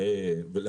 דבר שני,